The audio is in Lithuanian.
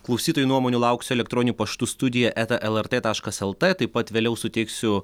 klausytojų nuomonių lauksiu elektroniniu paštu studija eta lrt taškas lt taip pat vėliau suteiksiu